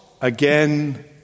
again